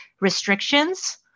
restrictions